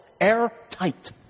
airtight